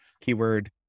Keyword